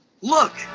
Look